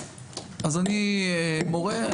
אני מורה,